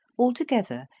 altogether,